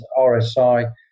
RSI